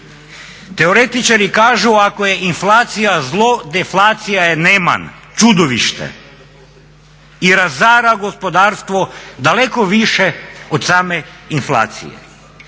Teoretičari kažu ako je inflacija zlo deflacija je neman, čudovište i razara gospodarstvo daleko više od same inflacije.